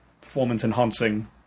performance-enhancing